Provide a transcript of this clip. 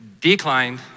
declined